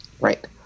Right